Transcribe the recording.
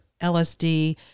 LSD